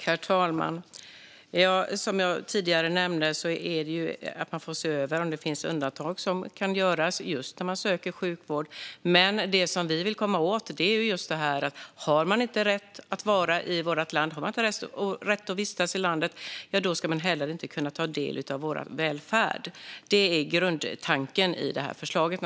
Herr talman! Som jag tidigare nämnde får man se över om det finns undantag som kan göras när människor söker sjukvård. Det vi vill komma åt är just detta. Om man inte har rätt att vistas i landet ska man heller inte kunna ta del av vår välfärd. Det är grundtanken i förslaget.